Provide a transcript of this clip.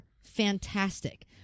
Fantastic